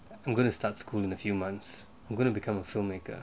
I'm going to start school in a few months I'm gonna become a filmmaker